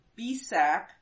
BSAC